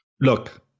look